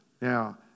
Now